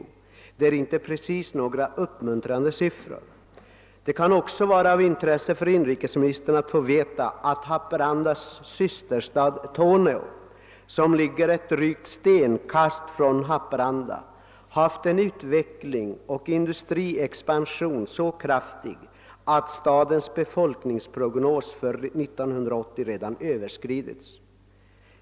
Det är inte precis några uppmuntrande siffror. Det kan också vara av intresse för inrikesministern att få veta att Haparandas systerstad Torneå, som ligger ett drygt stenkast från Haparanda, genomgått en utveckling med en så kraftig industriexpansion att stadens befolkningsprognos för 1980 redan överskridits.